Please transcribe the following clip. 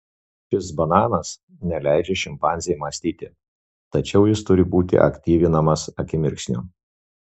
šis bananas neleidžia šimpanzei mąstyti tačiau jis turi būti aktyvinamas akimirksniu